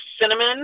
cinnamon